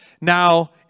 Now